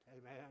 amen